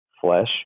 flesh